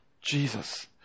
Jesus